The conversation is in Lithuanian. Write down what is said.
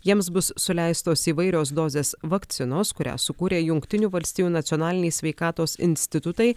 jiems bus suleistos įvairios dozės vakcinos kurią sukūrė jungtinių valstijų nacionaliniai sveikatos institutai